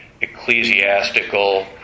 ecclesiastical